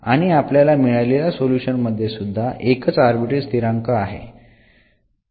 आणि आपल्याला मिळालेल्या सोल्युशन मध्ये सुद्धा एकच आर्बिट्ररी स्थिरांक आहे